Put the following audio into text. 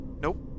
Nope